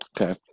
Okay